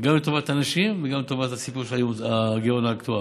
גם לטובת הנשים וגם לטובת הגירעון האקטוארי.